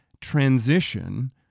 transition